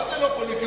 מה זה לא פוליטי?